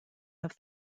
have